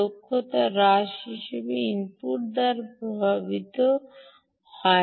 দক্ষতা হ্রাস হিসাবে ইনপুট দ্বারা প্রভাবিত হ্যাঁ কার্যকারিতা হ্রাস হয়